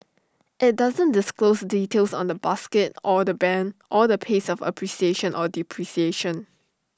IT doesn't disclose details on the basket or the Band or the pace of appreciation or depreciation